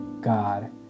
God